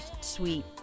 sweet